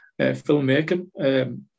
filmmaking